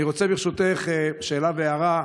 אני רוצה, ברשותך, שאלה והערה.